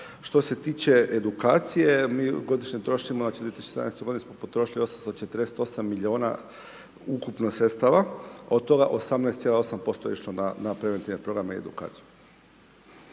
Što se tiče edukacije, mi godišnje trošimo, znači, 2017.g. smo potrošili 848 milijuna ukupno sredstava, od toga 18,8% je išlo na preventivne programe i edukaciju.